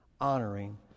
honoring